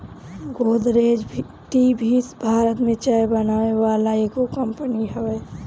Godrej tea भी भारत में चाय बनावे वाला एगो कंपनी हवे